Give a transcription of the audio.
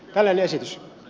tällainen esitys